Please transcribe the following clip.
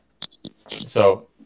So-